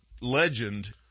legend